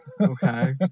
Okay